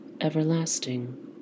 everlasting